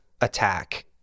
attack